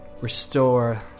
restore